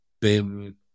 BIM